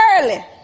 early